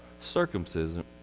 circumcision